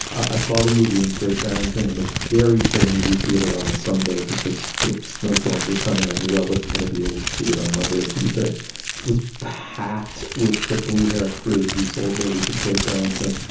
i saw the movie in great barrington in a very full movie theater on a sunday because the snowstorms were coming. i knew i wasn't going to be able to see it on monday or. tuesday was packed with the blue hair crude. these old ladies of great berrington,